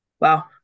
wow